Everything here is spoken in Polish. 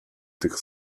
tych